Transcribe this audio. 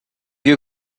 you